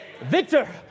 Victor